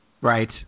Right